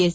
S